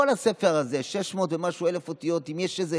כל הספר הזה, 600,000 ומשהו אותיות, אם יש איזה